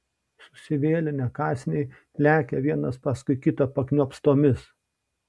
susivėlinę kąsniai lekia vienas paskui kitą pakniopstomis